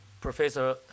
Professor